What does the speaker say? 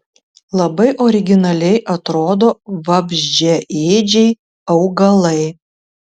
labai originaliai atrodo vabzdžiaėdžiai augalai